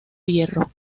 hierro